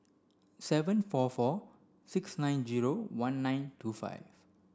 seven four four six nine zero one nine two five